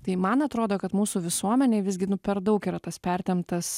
tai man atrodo kad mūsų visuomenėj visgi nu per daug yra tas pertemptas